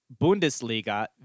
Bundesliga